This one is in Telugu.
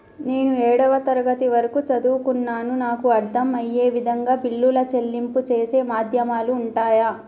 నేను ఏడవ తరగతి వరకు చదువుకున్నాను నాకు అర్దం అయ్యే విధంగా బిల్లుల చెల్లింపు చేసే మాధ్యమాలు ఉంటయా?